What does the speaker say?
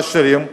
העשירים,